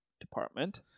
department